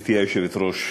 גברתי היושבת-ראש,